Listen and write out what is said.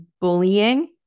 bullying